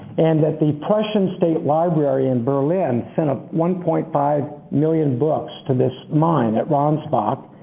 and at the prussian state library in berlin sent ah one point five million books to this mine at ransbach.